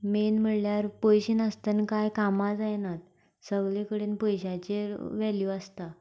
main म्हणल्यार पयशे नासतना काय कामां जायनात सगळें कडेन पयशांचेर वेल्यू आसता